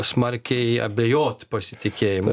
smarkiai abejot pasitikėjimu